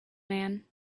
man